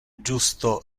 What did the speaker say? justo